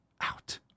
out